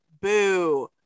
boo